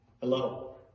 hello